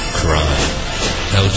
crime